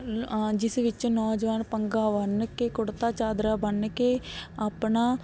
ਜਿਸ ਵਿੱਚ ਨੌਜਵਾਨ ਪੱਗਾਂ ਬੰਨ੍ਹ ਕੇ ਕੁੜਤਾ ਚਾਦਰਾ ਬੰਨ੍ਹ ਕੇ ਆਪਣਾ